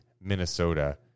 Minnesota